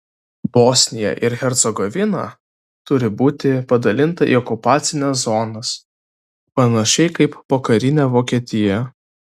bosnija ir hercegovina turi būti padalinta į okupacines zonas panašiai kaip pokarinė vokietija